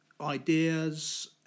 ideas